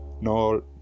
no